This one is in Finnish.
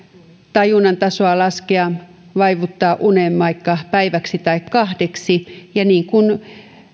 tajunnan tasoa laskea vaivuttaa uneen vaikka päiväksi tai kahdeksi ja kuten